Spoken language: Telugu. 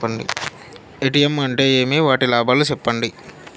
ఎ.టి.ఎం అంటే ఏమి? వాటి లాభాలు సెప్పండి